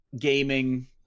gaming